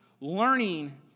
learning